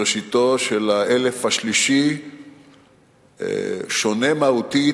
בראשיתו של האלף השלישי שונה מהותית,